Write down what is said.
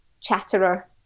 chatterer